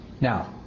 Now